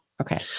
Okay